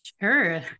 Sure